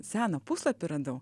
seną puslapį radau